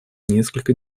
несколько